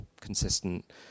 consistent